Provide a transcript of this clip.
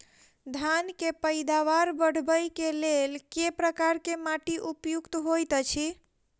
धान केँ पैदावार बढ़बई केँ लेल केँ प्रकार केँ माटि उपयुक्त होइत अछि?